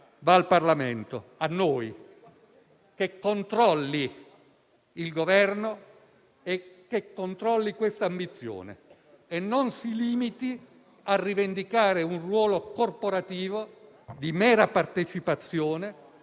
va al Parlamento, a noi, affinché controlli il Governo, questa ambizione, e non si limiti a rivendicare un ruolo corporativo di mera partecipazione